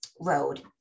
road